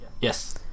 yes